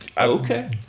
okay